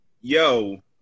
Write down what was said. yo